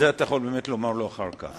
את זה אתה יכול באמת לומר לו אחר כך.